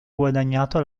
guadagnato